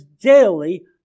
daily